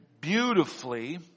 beautifully